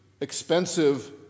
expensive